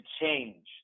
change